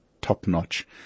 top-notch